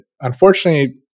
unfortunately